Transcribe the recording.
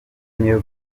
niyo